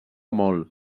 molt